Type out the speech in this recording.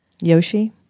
Yoshi